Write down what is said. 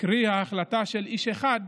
קרי החלטה של איש אחד,